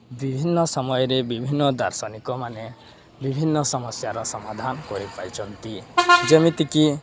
ବିଭିନ୍ନ ସମୟରେ ବିଭିନ୍ନ ଦାର୍ଶନିକମାନେ ବିଭିନ୍ନ ସମସ୍ୟାର ସମାଧାନ କରିପାରିଛନ୍ତି ଯେମିତିକି